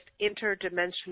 interdimensional